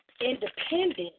independent